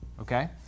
Okay